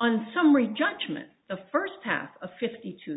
on summary judgment the first pass a fifty t